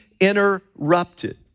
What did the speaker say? interrupted